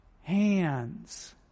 hands